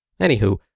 Anywho